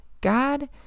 God